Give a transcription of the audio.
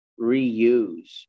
reuse